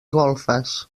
golfes